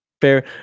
Fair